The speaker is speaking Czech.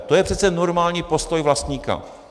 To je přece normální postoj vlastníka.